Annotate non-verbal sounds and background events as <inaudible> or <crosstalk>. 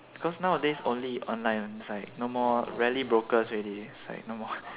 because nowadays only online inside no more rarely brokers already is like no more <breath>